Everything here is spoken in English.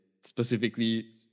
specifically